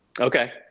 Okay